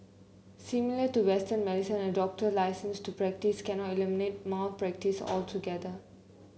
similar to Western medicine a doctor's licence to practise cannot eliminate malpractice altogether